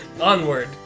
onward